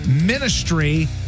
Ministry